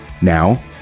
Now